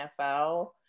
NFL